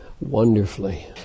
wonderfully